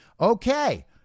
Okay